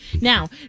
Now